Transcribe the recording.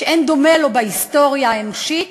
שאין דומה לו בהיסטוריה האנושית,